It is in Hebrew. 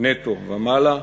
נטו ומעלה,